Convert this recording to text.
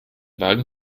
wagen